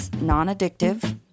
non-addictive